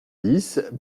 dix